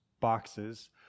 boxes